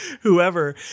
whoever